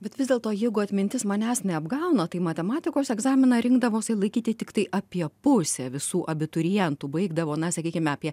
bet vis dėlto jeigu atmintis manęs neapgauna tai matematikos egzaminą rinkdavosi laikyti tiktai apie pusę visų abiturientų baigdavo na sakykime apie